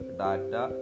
data